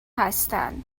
هستن